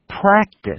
practice